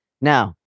Now